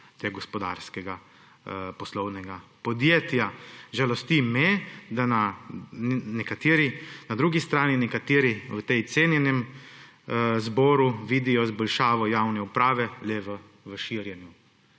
gospodarskega poslovnega podjetja. Žalosti me, da na drugi strani nekateri v tem cenjenem zboru vidijo izboljšavo javne uprave le v širjenju.